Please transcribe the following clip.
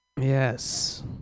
Yes